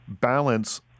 balance